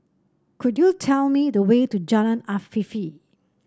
could you tell me the way to Jalan Afifi